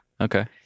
Okay